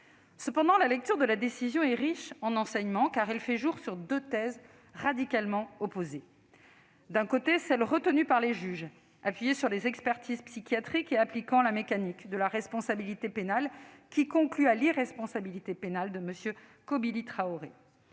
Toutefois, la lecture de cet arrêt est riche d'enseignements, car elle met au jour deux thèses radicalement opposées. D'un côté, la thèse retenue par les juges, appuyée sur les expertises psychiatriques et appliquant la mécanique de la responsabilité pénale, conclut à l'irresponsabilité pénale de M. Kobili Traoré.